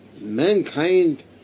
mankind